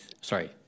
sorry